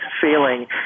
failing